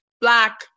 black